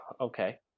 okay